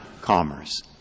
commerce